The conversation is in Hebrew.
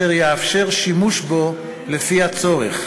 כך שיתאפשר שימוש בו לפי הצורך.